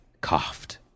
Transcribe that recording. coughed